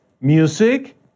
music